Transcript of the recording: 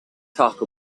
talk